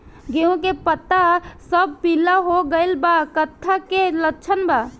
गेहूं के पता सब पीला हो गइल बा कट्ठा के लक्षण बा?